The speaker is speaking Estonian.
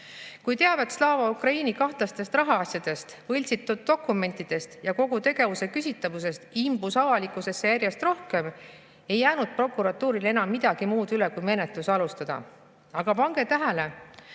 teavet Slava Ukraini kahtlastest rahaasjadest, võltsitud dokumentidest ja kogu tegevuse küsitavusest imbus avalikkusesse järjest rohkem, ei jäänud prokuratuuril enam midagi muud üle kui menetlus alustada. Aga pange tähele,